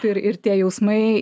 ir ir tie jausmai